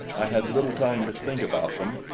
i had little time to think about them,